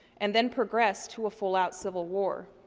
and then progressed to a full-out civil war.